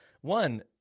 one